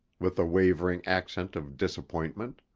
with a wavering accent of disappointment.